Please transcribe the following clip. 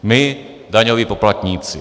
My, daňoví poplatníci.